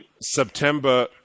September